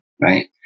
right